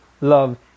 Love